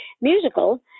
musical